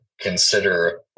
consider